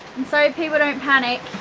and so people don't panic,